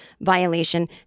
violation